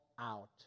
out